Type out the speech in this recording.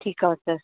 ठीकु आहे सर